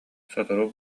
сотору